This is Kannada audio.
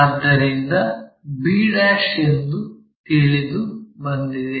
ಆದ್ದರಿಂದ b ಎಂದು ತಿಳಿದುಬಂದಿದೆ